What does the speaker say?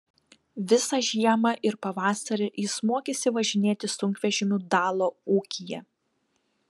visą žiemą ir pavasarį jis mokėsi važinėti sunkvežimiu dalo ūkyje